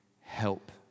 help